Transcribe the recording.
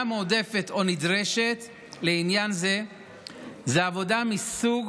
עבודה מועדפת או נדרשת היא עבודה מסוג